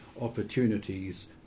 opportunities